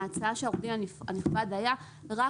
ההצעה של עורך דין הנכבד היה להוסיף